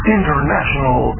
International